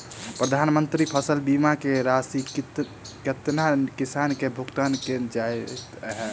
प्रधानमंत्री फसल बीमा की राशि केतना किसान केँ भुगतान केल जाइत है?